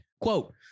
Quote